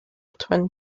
twin